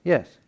Yes